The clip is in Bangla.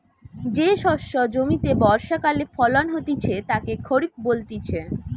যে শস্য জমিতে বর্ষাকালে ফলন হতিছে তাকে খরিফ বলতিছে